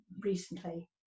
recently